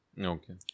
Okay